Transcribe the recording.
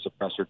suppressor